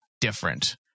different